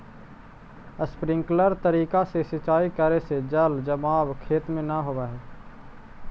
sprinkler तरीका से सिंचाई करे से जल जमाव खेत में न होवऽ हइ